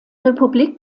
republik